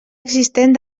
existent